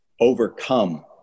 overcome